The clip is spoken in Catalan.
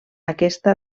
aquesta